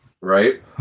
right